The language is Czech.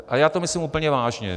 Ale já to myslím úplně vážně.